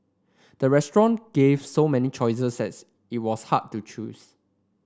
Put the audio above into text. the restaurant gave so many choices that it was hard to choose